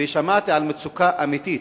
ושמעתי על מצוקה אמיתית,